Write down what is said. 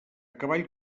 cavall